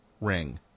ring